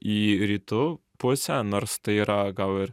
į rytų pusę nors tai yra gal ir